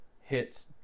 hits